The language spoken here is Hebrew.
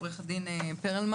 עורך הדיון פרלמן.